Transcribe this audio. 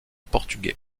portugais